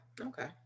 okay